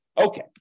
Okay